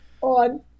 on